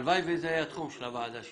הלוואי וזה היה התחום של הוועדה שלי.